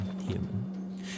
human